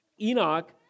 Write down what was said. Enoch